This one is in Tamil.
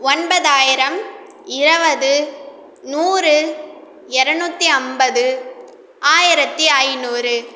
ஒன்பதாயிரம் இருவது நூறு எரநூற்றி ஐம்பது ஆயிரத்து ஐநூறு